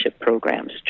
programs